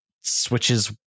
switches